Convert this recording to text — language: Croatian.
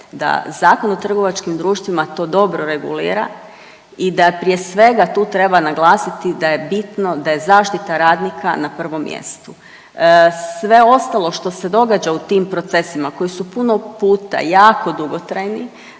da Zakon o trgovačkim društvima to dobro regulira i da prije svega tu treba naglasiti da je bitno da je zaštita radnika na prvom mjestu. Sve ostalo što se događa u tim procesima koji su puno puta jako dugotrajni